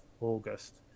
August